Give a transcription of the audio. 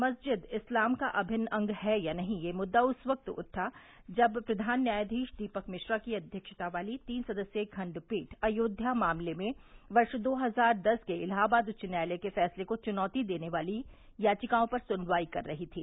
मस्जिद इस्लाम का अभिन्न अंग है या नहीं यह मुद्दा उस क्त उठा जब प्रघान न्यायादीश दीपक मिश्रा की अध्यक्षता वाली तीन सदस्यीय खंडपीठ अयोध्या मामले में वर्ष दो हजार दस के इलाहाबाद उच्च न्यायालय के फैसले को चुनौती देने वाली याविकाओं पर सुनवाई कर रही थी